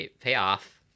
payoff